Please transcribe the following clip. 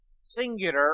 singular